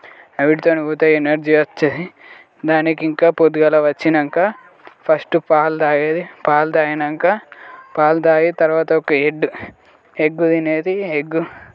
అవిటితో పోతే ఎనర్జీ వచ్చేది దానికి ఇంకా పొద్దుగాల వచ్చినాక ఫస్ట్ పాలు తాగేది పాలు తాగినంక పాలు తాగి తర్వాత ఒక ఎగ్ ఎగ్ తినేది ఎగ్